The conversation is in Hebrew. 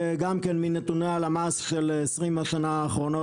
גם מנתוני הלמ"ס של 20 השנים האחרונות,